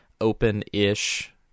open-ish